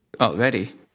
already